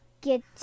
get